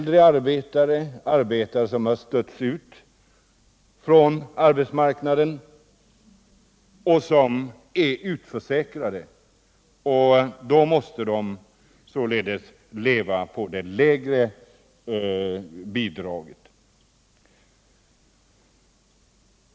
Det handlar vidare om äldre, utförsäkrad arbetskraft, som också måste leva på det lägre bidraget.